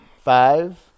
Five